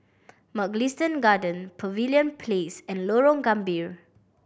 Mugliston Garden Pavilion Place and Lorong Gambir